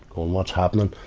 what's happening?